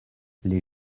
les